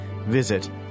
Visit